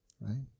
right